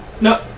No